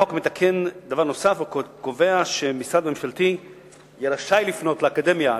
החוק מתקן דבר נוסף וקובע שמשרד ממשלתי יהיה רשאי לפנות לאקדמיה,